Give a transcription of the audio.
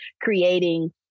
creating